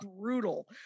brutal